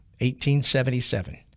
1877